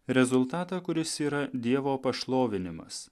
rezultatą kuris yra dievo pašlovinimas